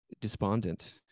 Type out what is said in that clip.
despondent